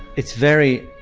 it's very